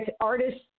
artists